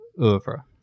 over